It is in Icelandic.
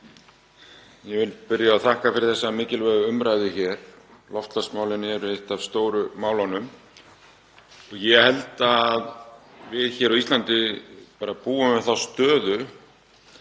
Ég vil byrja á að þakka fyrir þessa mikilvægu umræðu hér. Loftslagsmálin eru eitt af stóru málunum. Ég held að við hér á Íslandi búum við þá stöðu